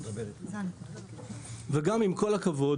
כל הכבוד,